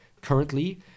currently